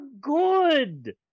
good